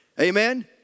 Amen